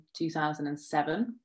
2007